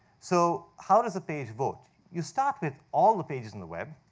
so how does a page vote? you start with all the pages on the web.